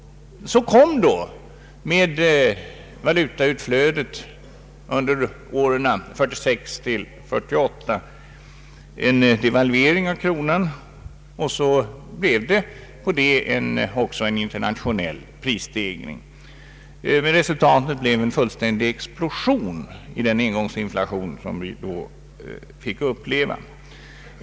Så kom då med valutautflödet under åren 1946—1948 år 1949 en devalvering av kronan, och därpå följde även en internationell = prisstegring. Resultatet blev en fullständig explosion i den engångsinflation som vi då fick uppleva.